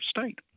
state